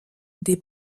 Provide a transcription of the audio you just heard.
des